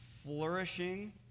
flourishing